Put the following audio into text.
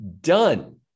done